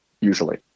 usually